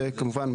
וכמובן,